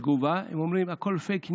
בתגובה הם אומרים שהכול פייק ניוז,